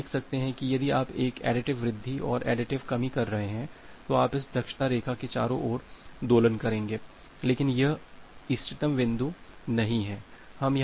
तो आप देख सकते हैं कि यदि आप एक additive वृद्धि और additive कमी कर रहे हैं तो आप इस दक्षता रेखा के चारों ओर दोलन करेंगे लेकिन यह इष्टतम बिंदु नहीं है